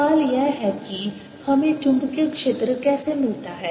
सवाल यह है कि हमें चुंबकीय क्षेत्र कैसे मिलता है